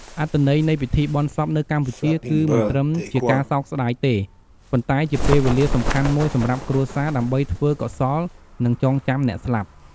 អត្ថន័យនៃពិធីបុណ្យសពនៅកម្ពុជាគឺមិនត្រឹមជាការសោកស្តាយទេ ប៉ុន្តែជាពេលវេលាសំខាន់មួយសម្រាប់គ្រួសារ ដើម្បីធ្វើកុសល និងចងចាំអ្នកស្លាប់។